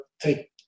take